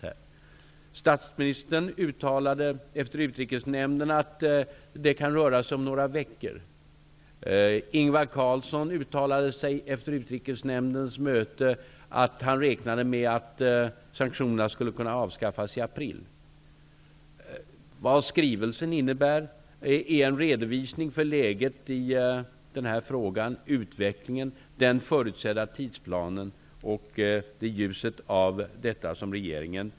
Efter Utrikesnämndens möte uttalade statsministern att det kan röra sig om några veckor innan sanktionerna skulle kunna avskaffas och Ingvar Carlsson uttalade sig efter samma möte att han räknade med att sanktionerna skulle kunna avskaffas i april. Skrivelsen utgör en redovisning av läget, av utvecklingen och av den förutsedda tidsplanen i den här frågan.